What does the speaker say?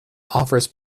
offers